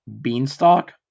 beanstalk